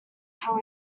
how